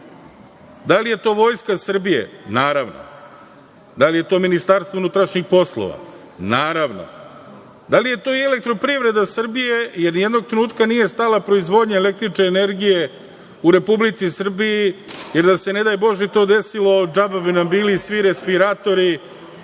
li je to Vojska Srbije? Naravno. Da li je to Ministarstvo unutrašnjih poslova? Naravno. Da li je to i Elektroprivreda Srbije, jer ni jednog trenutka nije stala proizvodnja električne energije u Republici Srbiji, jer da se ne daj Bože to desilo džaba bi nam bili svi respiratori,